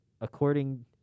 according